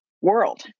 world